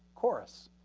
chorus,